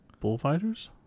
bullfighters